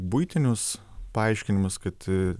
buitinius paaiškinimus kad